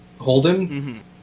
Holden